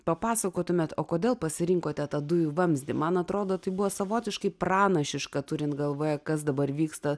papasakotumėt o kodėl pasirinkote tą dujų vamzdį man atrodo tai buvo savotiškai pranašiška turint galvoje kas dabar vyksta